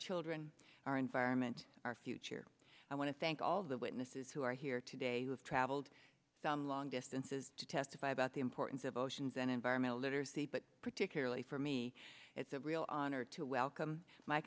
children our environment our future i want to thank all the witnesses who are here today who have traveled some long distances to testify about the importance of oceans and environmental literacy but particularly for me it's a real honor to welcome my